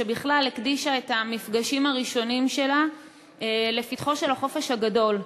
שבכלל הקדישה את המפגשים הראשונים שלה לפתחו של החופש הגדול.